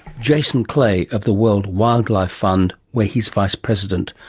jason clay of the world wildlife fund where he's vice-president.